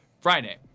Friday